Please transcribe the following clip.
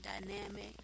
dynamic